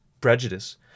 prejudice